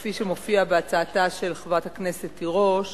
כפי שמופיע בהצעתה של חברת הכנסת תירוש,